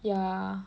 ya